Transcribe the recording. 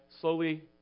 slowly